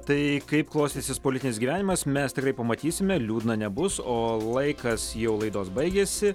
tai kaip klostysis politinis gyvenimas mes tikrai pamatysime liūdna nebus o laikas jau laidos baigėsi